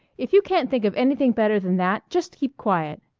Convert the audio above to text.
if you can't think of anything better than that, just keep quiet!